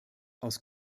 aus